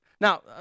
Now